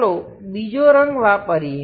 ચાલો બીજો રંગ વાપરીએ